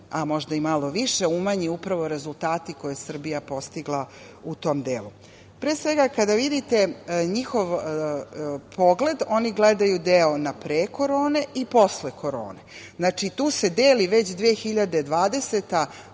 a možda i malo više umanji upravo rezultati koje je Srbija postigla u tom delu. Pre svega, kada vidite njihov pogled, oni gledaju deo na pre korone i posle korone. Znači, tu se deli već 2020.